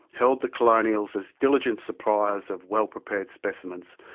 held the colonials as diligent suppliers of well-prepared specimens,